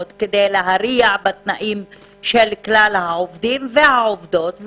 כדי להרע את התנאים של כלל העובדים והעובדות,